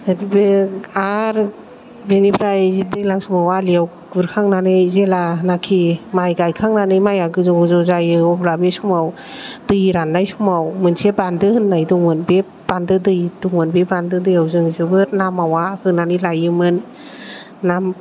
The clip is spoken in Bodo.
आरो बेनिफ्राय दैज्लां समाव आलियाव गुरखांनानै जेलानोखि माइ गायखांनानै माइया गोजौ गोजौ जायो अब्ला बे समाव दै रान्नाय समाव मोनसे बान्दो होन्नाय दंमोन बे बान्दो दै दंमोन बे बान्दो दैयाव जों जोबोर ना मावा होनानै लाइयोमोन ना